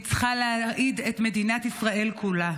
היא צריכה להרעיד את מדינת ישראל כולה.